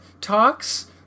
talks